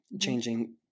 changing